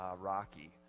Rocky